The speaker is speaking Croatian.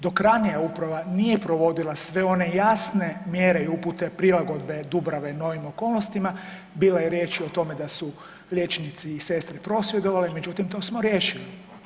Dok ranija uprava nije provodila sve one jasne mjere i upute prilagodbe Dubrave novim okolnostima bilo je riječi o tome da su liječnici i sestre prosvjedovale, međutim to riješili.